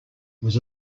was